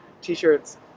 t-shirts